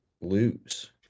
lose